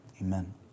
Amen